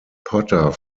potter